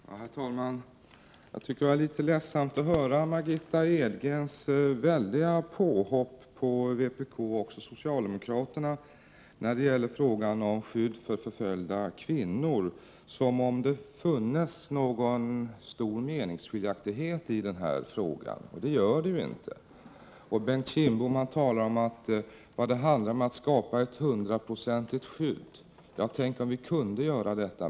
Herr talman! Jag tycker att det var litet ledsamt att höra Margitta Edgrens väldiga påhopp på vpk och socialdemokraterna när det gäller frågan om skydd för förföljda kvinnor. Hon uttryckte sig såsom det funnes någon stor meningsskiljaktighet i den här frågan, vilket det inte gör. Prot. 1987/88:41 Bengt Kindbom säger att det handlar om att skapa ett hundraprocentigt 9 december 1987 skydd. Ja, tänk om vi kunde göra det.